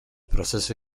proceso